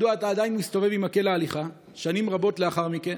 מדוע אתה עדיין מסתובב עם מקל ההליכה שנים רבות לאחר מכן?